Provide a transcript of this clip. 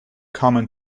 common